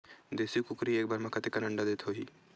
देशी कुकरी एक बार म कतेकन अंडा देत होही?